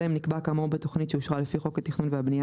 אלא אם נקבע כאמור בתכנית שאושרה לפי חוק התכנון והבניה